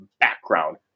background